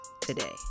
today